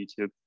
youtube